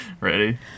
Ready